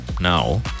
Now